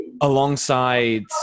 alongside